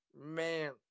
man